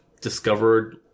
discovered